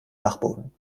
dachboden